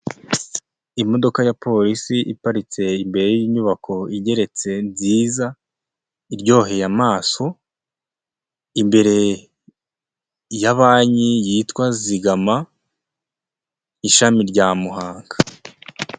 Imodoka ya polisi iparitse imbere y'inyubako igeretse nziza iryoheye amaso, imbere ya banki yitwa Zigama ishami rya Muhanga.